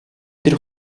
тэр